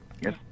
Yes